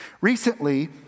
Recently